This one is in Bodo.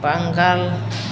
बांगाल